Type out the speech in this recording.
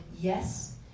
yes